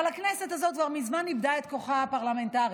אבל הכנסת הזאת כבר מזמן איבדה את כוחה הפרלמנטרי,